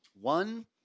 One